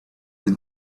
than